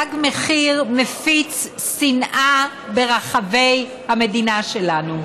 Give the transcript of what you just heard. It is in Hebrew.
תג מחיר מפיץ שנאה ברחבי המדינה שלנו.